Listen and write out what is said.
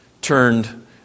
turned